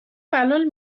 بلال